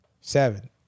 seven